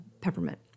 Peppermint